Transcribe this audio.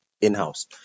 in-house